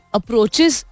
Approaches